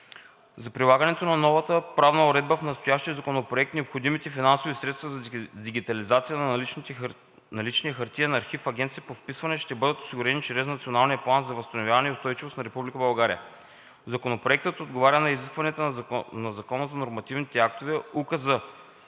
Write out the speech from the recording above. За прилагането на новата правна уредба в настоящия законопроект необходимите финансови средства за дигитализация на наличния хартиен архив в Агенцията по вписванията ще бъдат осигурени чрез Националния план за възстановяване и устойчивост на Република България. Законопроектът отговаря на изискванията на Закона за нормативните актове, Указа